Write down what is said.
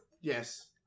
Yes